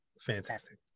Fantastic